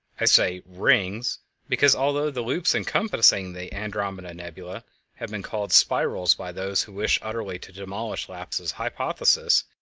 i say rings' because although the loops encompassing the andromeda nebula have been called spirals by those who wish utterly to demolish laplace's hypothesis,